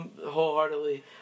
wholeheartedly